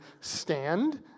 stand